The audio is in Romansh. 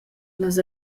las